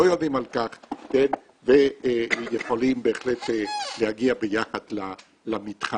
לא יודעים על כך ויכולים בהחלט להגיע ביחד למתחם.